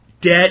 debt